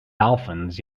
dolphins